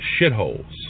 shitholes